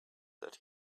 that